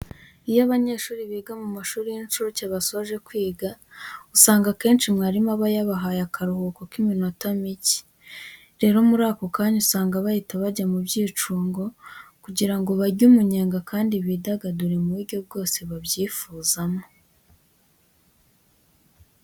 Iyo abanyeshuri biga mu mashuri y'incuke basoje kwiga, usanga akenshi mwarimu aba abahaye akaruhuko k'iminota mike. Rero muri ako kanya usanga bahita bajya mu byicungo kugira ngo barye umunyenga kandi bidagadure mu buryo bwose babyifuzamo.